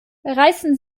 reißen